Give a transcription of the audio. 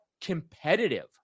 competitive